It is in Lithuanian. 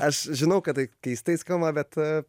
aš žinau kad tai keistai skamba bet